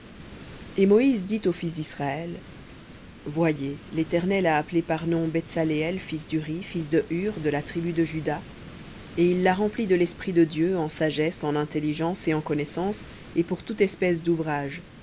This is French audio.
et l'éternel parla à moïse dit aux fils disraël voyez léternel a appelé par nom betsaleël fils d'uri fils de hur de la tribu de juda et je l'ai rempli de l'esprit de dieu en sagesse et en intelligence et en connaissance et pour toutes sortes d'ouvrages